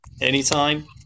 Anytime